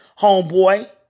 homeboy